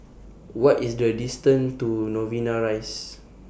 What IS The distance to Novena Rise